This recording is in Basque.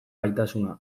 gaitasuna